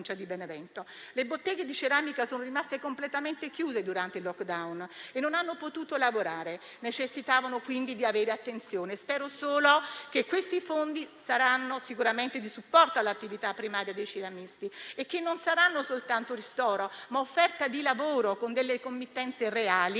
Le botteghe di ceramica sono rimaste completamente chiuse durante il *lockdown*, non hanno potuto lavorare; necessitavano, quindi, di avere attenzione. Spero solo che questi fondi saranno di supporto all'attività primaria dei ceramisti e che non saranno soltanto ristoro, ma offerta di lavoro con delle committenze reali